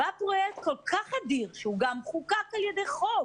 בא פרויקט כל כך אדיר, שהוא גם חוקק על ידי חוק.